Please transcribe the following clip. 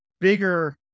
bigger